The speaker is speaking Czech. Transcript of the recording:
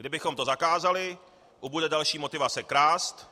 Kdybychom to zakázali, ubude další motivace krást.